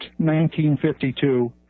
1952